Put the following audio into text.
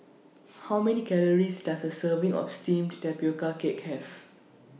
How Many Calories Does A Serving of Steamed Tapioca Cake Have